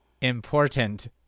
important